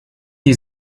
die